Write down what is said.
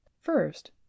First